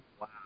Wow